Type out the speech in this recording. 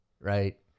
right